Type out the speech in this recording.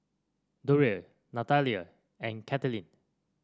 Durrell Natalia and Katheryn